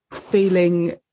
feeling